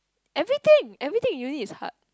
everything everything unit is hard